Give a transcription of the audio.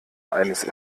eines